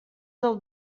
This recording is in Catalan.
del